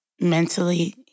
mentally